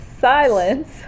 silence